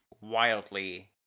wildly